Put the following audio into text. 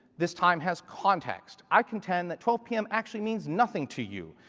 this time has context. i contend that twelve p m. actually means nothing to you.